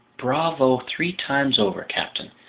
bravo three times over, captain!